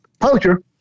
poacher